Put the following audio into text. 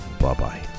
Bye-bye